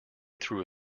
through